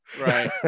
Right